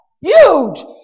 huge